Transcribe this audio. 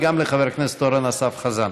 וגם לחבר הכנסת אורן אסף חזן.